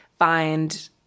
find